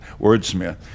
wordsmith